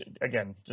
again